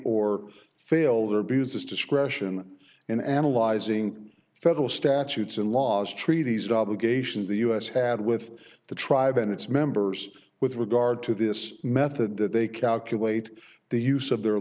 or failed or abused its discretion in analyzing federal statutes and laws treaties and obligations the u s had with the tribe and its members with regard to this method that they calculate the use of their